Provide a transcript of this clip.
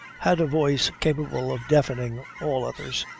had a voice capable of deafening all others.